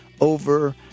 over